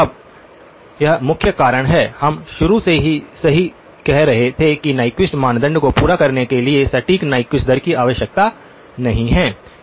अब यह मुख्य कारण है हम शुरू से ही सही कह रहे थे कि न्यक्विस्ट मानदंड को पूरा करने के लिए सटीक न्यक्विस्ट दर की आवश्यकता नहीं है